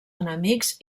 enemics